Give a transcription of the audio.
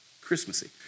Christmassy